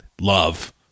love